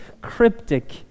cryptic